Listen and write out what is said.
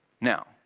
Now